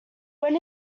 when